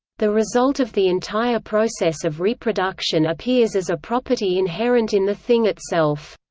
the result of the entire process of reproduction appears as a property inherent in the thing itself.